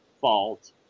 fault